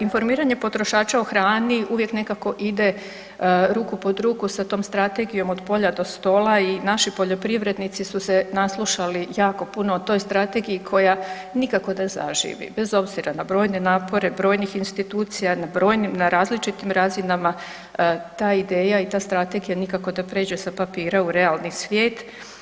Informiranje potrošača o hrani uvijek nekako ide ruku pod ruku sa tom strategijom od polja do stola i naši poljoprivrednici su se naslušali jako puno o toj strategiji koja nikako da zaživi, bez obzira na brojne napore, brojnih institucija, na različitim razinama ta ideja i ta strategija nikako da pređe sa papira u realni svijet.